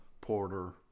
porter